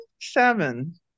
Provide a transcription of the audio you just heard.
seven